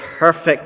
perfect